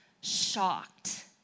shocked